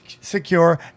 secure